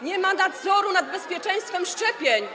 Nie ma nadzoru nad bezpieczeństwem szczepień.